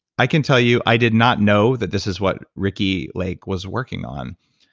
i can tell you, i did not know that this is what ricki lake was working on.